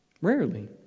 Rarely